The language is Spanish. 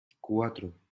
cuatro